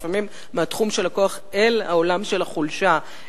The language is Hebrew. לפעמים מהתחום של הכוח אל העולם של החולשה,